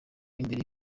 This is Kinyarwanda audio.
imbere